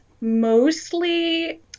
mostly